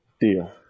Deal